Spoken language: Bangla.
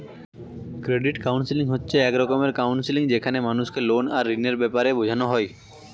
ক্রেডিট কাউন্সেলিং হচ্ছে এক রকমের কাউন্সেলিং যেখানে মানুষকে লোন আর ঋণের ব্যাপারে বোঝানো হয়